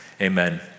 Amen